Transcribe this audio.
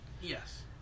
Yes